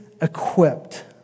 equipped